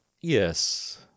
Yes